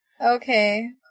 Okay